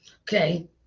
Okay